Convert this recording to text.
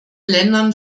ländern